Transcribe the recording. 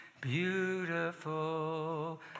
beautiful